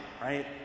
right